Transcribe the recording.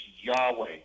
Yahweh